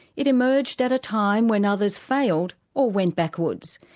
it emerged at a time when others failed or went backwards.